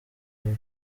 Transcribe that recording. umwe